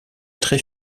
très